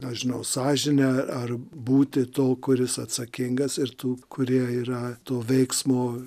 nežinau sąžinę ar būti to kuris atsakingas ir tų kurie yra to veiksmo